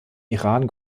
iran